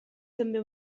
també